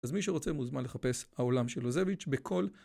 אז מי שרוצה מוזמן לחפש העולם של לוזביץ' בכל